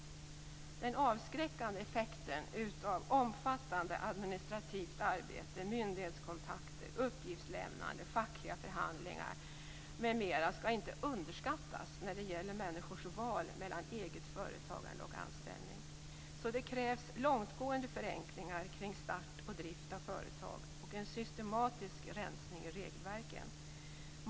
Den avskräckande effekten av omfattande administrativt arbete, myndighetskontakter, uppgiftslämnande, fackliga förhandlingar, m.m. skall inte underskattas när det gäller människors val mellan eget företagande och anställning. Det krävs därför långtgående förenklingar kring start och drift av företag och en systematisk rensning av regelverken.